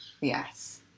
Yes